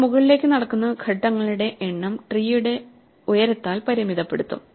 നിങ്ങൾ മുകളിലേക്ക് നടക്കുന്ന ഘട്ടങ്ങളുടെ എണ്ണം ട്രീയുടെ ഉയരത്താൽ പരിമിതപ്പെടുത്തും